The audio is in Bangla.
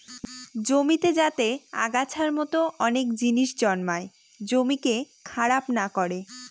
জমিতে যাতে আগাছার মতো অনেক জিনিস জন্মায় জমিকে খারাপ না করে